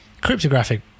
cryptographic